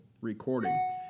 recording